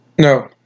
No